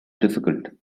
difficult